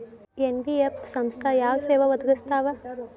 NBF ಸಂಸ್ಥಾ ಯಾವ ಸೇವಾ ಒದಗಿಸ್ತಾವ?